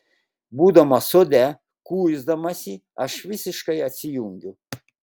būdama sode kuisdamasi aš visiškai atsijungiu